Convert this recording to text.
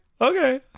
Okay